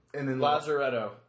Lazaretto